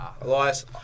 Elias